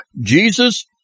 Jesus